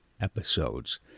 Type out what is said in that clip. episodes